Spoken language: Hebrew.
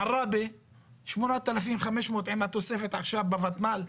עראבה 8,500 עם התוספת עכשיו בותמ"ל,